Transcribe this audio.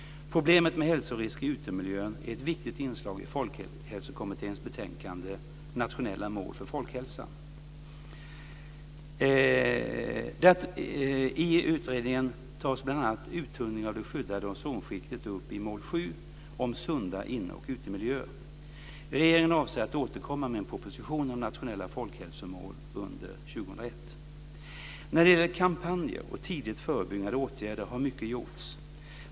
Problemet med hälsorisker i utemiljön är ett viktigt inslag i Folkhälsokommitténs betänkande Nationella mål för folkhälsan. I utredningen tas bl.a. uttunningen av det skyddande ozonskiktet upp i Mål 7 om sunda inne och utemiljöer. Regeringen avser att återkomma med en proposition om nationella folkhälsomål under 2001. När det gäller kampanjer och tidigt förebyggande åtgärder har mycket gjorts.